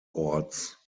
orts